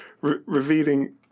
revealing